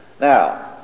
Now